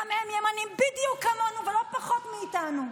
גם הם ימנים בדיוק כמונו ולא פחות מאיתנו,